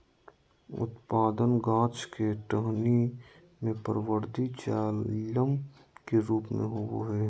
उत्पादन गाछ के टहनी में परवर्धी जाइलम के रूप में होबय हइ